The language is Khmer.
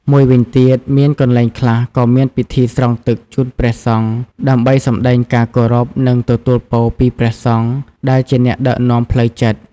មួយវិញទៀត មានកន្លែងខ្លះក៏មានពិធីស្រង់ទឹកជូនព្រះសង្ឃ ដើម្បីសម្តែងការគោរព និងទទួលពរពីព្រះសង្ឃ ដែលជាអ្នកដឹកនាំផ្លូវចិត្ត។